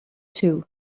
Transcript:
too